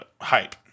hype